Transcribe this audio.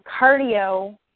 cardio